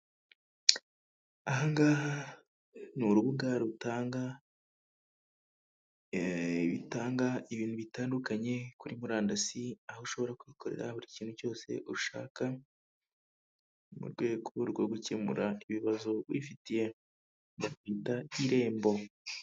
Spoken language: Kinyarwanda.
Aha ngaha, ni urubuga , ibintu bitandukanye kuri murandasi, aho ushobora kubikorera buri kintu cyose ushaka, mu rwego rwo gukemura ibibazo wifitiye, barwita irembo.